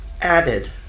Added